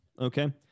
Okay